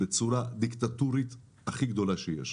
בצורה דיקטטורית הכי גדולה שיש.